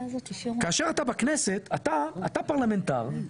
כאשר אתה בכנסת אתה פרלמנטר,